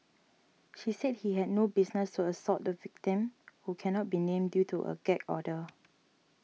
she said he had no business to assault the victim who can not be named due to a gag order